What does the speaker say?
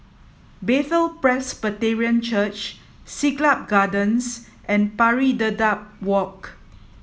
Bethel Presbyterian Church Siglap Gardens and Pari Dedap Walk